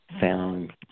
found